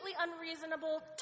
unreasonable